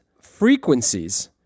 frequencies